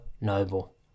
noble